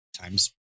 times